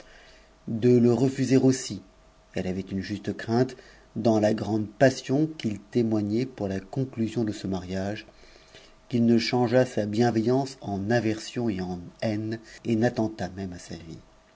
de le refuser aussi elle avait une juste crainte dans la grande passion qu'il soignait pour la conclusion de ce mariage qu'il ne changeât sa bientmttmce en aversion et en haine et n'attentât même à sa vie